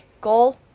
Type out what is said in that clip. Goal